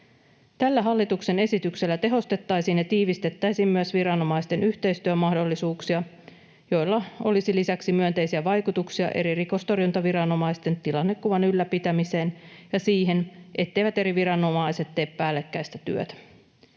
Tällä hallituksen esityksellä tehostettaisiin ja tiivistettäisiin myös viranomaisten yhteistyömahdollisuuksia, millä olisi lisäksi myönteisiä vaikutuksia eri rikostorjuntaviranomaisten tilannekuvan ylläpitämiseen ja siihen, etteivät eri viranomaiset tee päällekkäistä työtä.